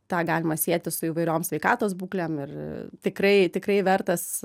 tą galima sieti su įvairiom sveikatos būklėm ir tikrai tikrai vertas